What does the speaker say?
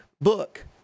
book